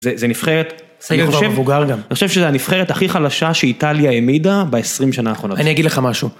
זה נבחרת, אני חושב שזה הנבחרת הכי חלשה שאיטליה העמידה בעשרים שנה האחרונות, אני אגיד לך משהו